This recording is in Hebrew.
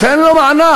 תן לו מענק.